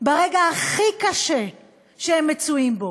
ברגע הכי קשה שהם מצויים בו,